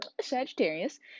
Sagittarius